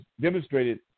demonstrated